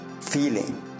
feeling